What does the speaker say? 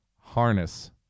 Harness